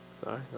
Sorry